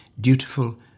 dutiful